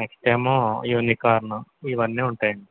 next ఏమో Unicorn ఇవన్నీ ఉంటాయండి